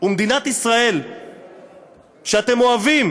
ומדינת ישראל שאתם אוהבים,